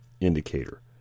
indicator